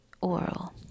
oral